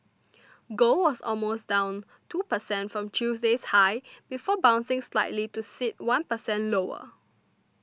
gold was down almost two percent from Tuesday's highs before bouncing slightly to sit one percent lower